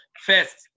First